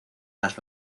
las